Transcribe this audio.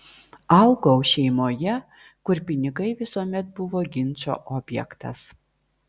augau šeimoje kur pinigai visuomet buvo ginčo objektas